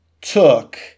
took